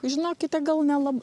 žinokite gal nelab